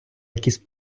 якийсь